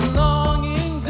longing